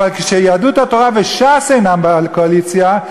אבל כשיהדות התורה וש"ס אינן בקואליציה,